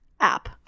app